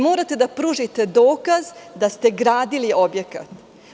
Morate da pružite dokaz da ste gradili objekat.